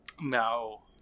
No